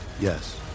Yes